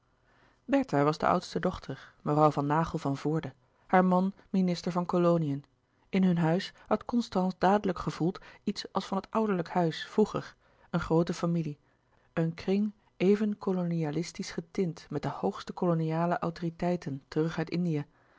bertha was de oudste dochter mevrouw van naghel van voorde haar man minister van koloniën in hun huis had constance dadelijk gevoeld iets als van het ouderlijke huis vroeger een groote familie een kring even kolonialistisch getint met de hoogste koloniale autoriteiten terug uit indië